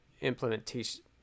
implementation